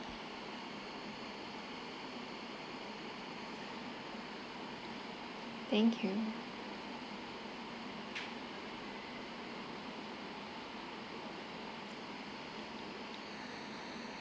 thank you